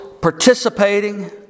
participating